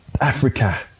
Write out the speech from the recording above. Africa